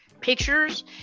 pictures